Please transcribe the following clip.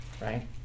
Right